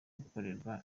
gukorerwa